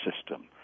system